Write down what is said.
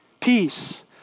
peace